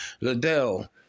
Liddell